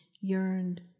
yearned